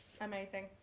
Amazing